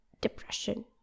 depression